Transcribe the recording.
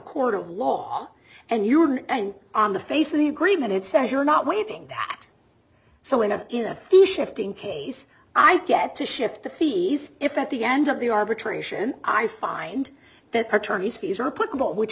court of law and you're on the face of the agreement itself you're not waiving that so in a in a few shifts in case i get to shift the fees if at the end of the arbitration i find that attorneys fees are put out which